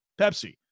Pepsi